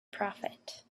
prophet